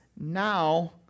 now